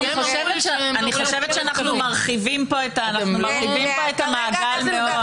אני חושבת שאנחנו מרחיבים פה את המעגל מאוד.